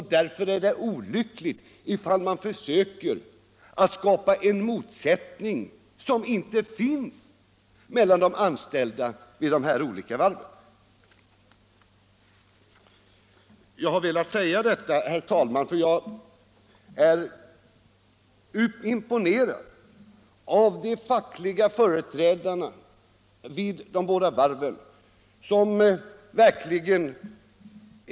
Därför är det olyckligt om man försöker skapa en motsättning som inte finns mellan de anställda vid dessa olika varv. Herr talman! Jag har velat säga detta därför att jag är djupt imponerad av de fackliga företrädarna vid de båda varven.